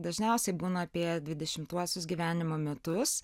dažniausiai būna apie dvidešimtuosius gyvenimo metus